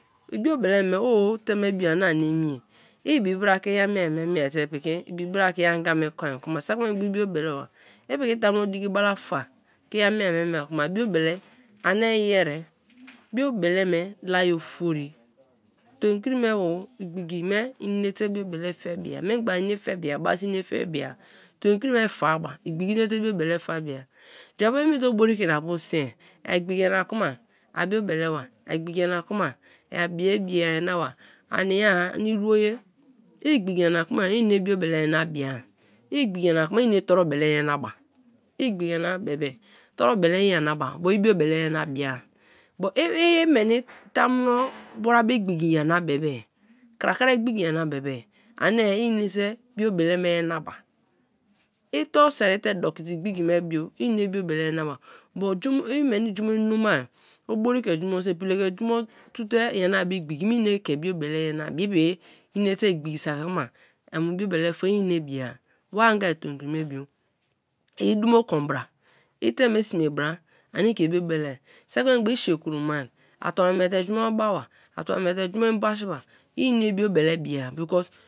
I biobele me o teme bio ani emie, i ibi bara ke i a miea ma miete piki i bi bara ke i anga me kon kuma saki me gba i biobele ba. I piki tamuno diki balafa ke iya a mieai me miea kon ma biobele ani yerè. Biobele me laye ofori. Tomi kiri mebo igbiki me inate biobele fe meya. Mingba-a ine fe me ya baaso en-en ine fe me ya, ton kiri me fa ba igbiki en-en te biobele fe be ya. Jabu emi te obri ke ina bu sin a igbiki nyana kuma a biobeleba, a igbiki nyana kuma abiye biye a nyanaba a nia anie iro ye. I igbiki nyana kuma ine biobele nyana bia, i igbiki nyana be be torubele i nyana ba kuma i biobele nyanaba but i mene tamuno bara be igbiki nyanam bebe, krakra igbiki nyanam bebe anie inete biobele me nyanaba i torusheri te doki te igbiki me bio ine biobele nyanabia i piki inate igbiki saki kuma amu biobele fe i ine be ya. Wa anga tam kiri me bio i dumo kon bara iteme sme bara ani ike biobeleai saki mangba i siye kuroma stobra miete jumo ba ba a tobra miete, jumo ibasinba ine biobeleai because.